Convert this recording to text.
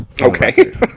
Okay